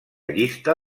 llista